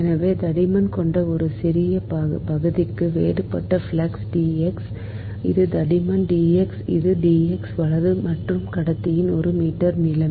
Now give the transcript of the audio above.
எனவே தடிமன் கொண்ட ஒரு சிறிய பகுதிக்கு வேறுபட்ட ஃப்ளக்ஸ் d x இது தடிமன் d x இது d x வலது மற்றும் கடத்தியின் ஒரு மீட்டர் நீளம்